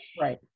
Right